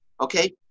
okay